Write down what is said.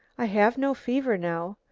i have no fever now,